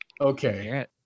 okay